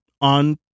on